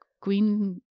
green